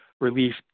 relief